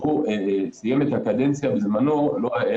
כשהוא סיים את הקדנציה בזמנו הוא היה